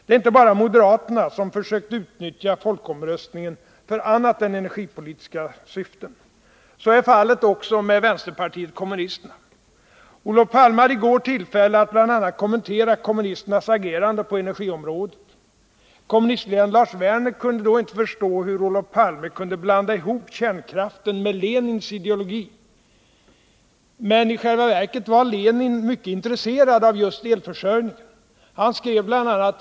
Det är inte bara moderaterna som försöker utnyttja folkomröstningen för annat än energipolitiska syften. Så är fallet också med vänsterpartiet kommunisterna. Olof Palme hade i går tillfälle att bl.a. komentera kommunisternas agerande på energiområdet. Kommunistledaren Lars Werner kunde då inte förstå hur Olof Paime kunde blanda ihop kärnkraften ned Lenins ideologi. Men i själva verket var Lenin mycket intresserad av just elförsörjningen. Han skrev bl .a.